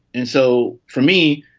and so for me,